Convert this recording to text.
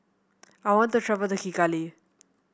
I want to travel to Kigali